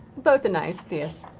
both are nice, dear.